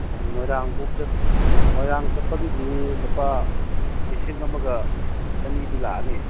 ꯃꯣꯏꯔꯥꯡꯐꯥꯎ ꯃꯣꯏꯔꯥꯡ ꯆꯠꯄꯒꯤꯗꯤ ꯂꯨꯄꯥ ꯂꯤꯁꯤꯡ ꯑꯃꯒ ꯆꯅꯤꯗꯤ ꯂꯥꯛꯑꯅꯤ